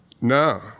No